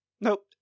Nope